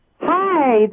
hi